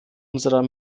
unserer